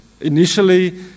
Initially